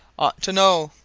ought to know,